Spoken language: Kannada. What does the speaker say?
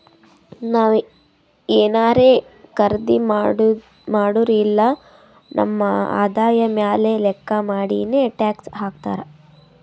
ನಾವ್ ಏನಾರೇ ಖರ್ದಿ ಮಾಡುರ್ ಇಲ್ಲ ನಮ್ ಆದಾಯ ಮ್ಯಾಲ ಲೆಕ್ಕಾ ಮಾಡಿನೆ ಟ್ಯಾಕ್ಸ್ ಹಾಕ್ತಾರ್